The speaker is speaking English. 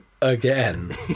again